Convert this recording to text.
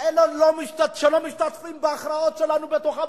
כאלה שלא משתתפים בהכרעות שלנו בתוך הבית,